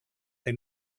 they